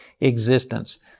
existence